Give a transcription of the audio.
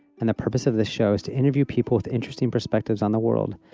and the purpose of the show is to interview people with interesting perspectives on the world,